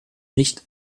nicht